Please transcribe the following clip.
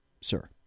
sir